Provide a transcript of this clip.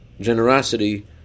generosity